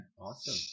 Awesome